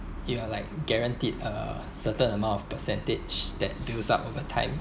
you are like guaranteed a certain amount of percentage that builds up over time